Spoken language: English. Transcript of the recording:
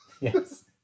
Yes